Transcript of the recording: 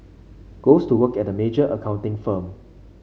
goes to work at a major accounting firm